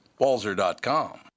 Walzer.com